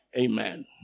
Amen